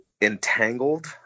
entangled